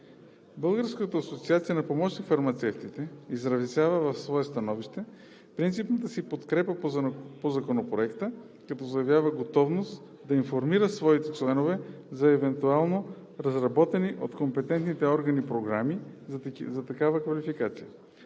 Българската асоциация на помощник-фармацевтите изразява в свое становище принципната си подкрепа по Законопроекта, като заявява готовност да информира своите членове за евентуално разработени от компетентните органи програми за такава квалификация.